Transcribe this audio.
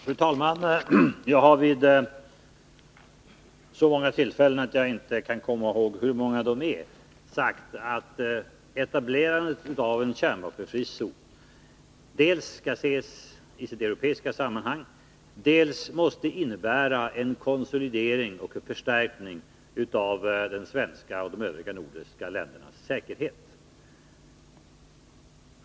Fru talman! Jag har vid så många tillfällen att jag inte kan komma ihåg hur många de är sagt att etablerandet av en kärnvapenfri zon dels skall ses i sitt europeiska sammanhang, dels måste innebära en konsolidering och en förstärkning av Sveriges och de övriga nordiska ländernas säkerhet.